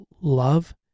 love